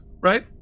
right